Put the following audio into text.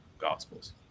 gospels